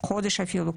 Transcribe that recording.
חודש אפילו,